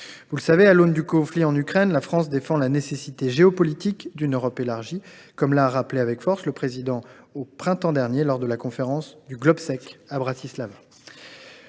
Vous le savez, à l’aune du conflit en Ukraine, la France défend la nécessité géopolitique d’une Europe élargie, comme l’a rappelé avec force le Président de la République au printemps dernier lors de la conférence du GlobSec – pour – à Bratislava.